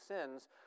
sins